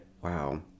wow